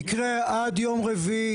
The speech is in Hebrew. יקרה עד יום רביעי,